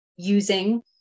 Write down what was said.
using